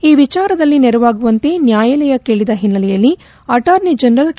ಈ ವಿಚಾರದಲ್ಲಿ ನೆರವಾಗುವಂತೆ ನ್ನಾಯಾಲಯ ಕೇಳಿದ ಹಿನ್ನೆಲೆಯಲ್ಲಿ ಅಟಾರ್ನಿ ಜನರಲ್ ಕೆ